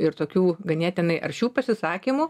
ir tokių ganėtinai aršių pasisakymų